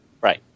Right